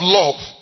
love